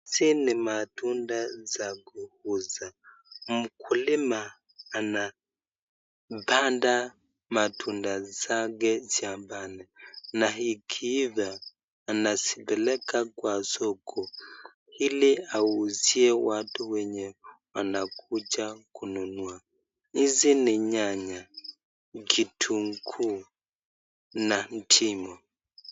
Hizi ni matunda za kuuza , mkulima anapanda matunda zake shambani na zikiiva anazipeleka kwa soko ili auzie watu wenye wanakuja kununua ,hizi ni nyanya, kitunguu na dimu.